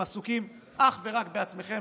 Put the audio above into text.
אתם עסוקים אך ורק בעצמכם,